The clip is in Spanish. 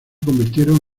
convirtieron